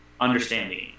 understanding